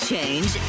change